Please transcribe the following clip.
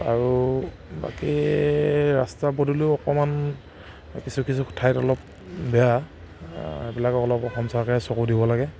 আৰু বাকী ৰাস্তা পদূলিও অকণমান কিছু কিছু ঠাইত অলপ বেয়া এইবিলাক অলপ অসম চৰকাৰে চকু দিব লাগে